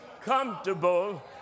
comfortable